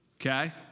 okay